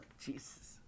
jesus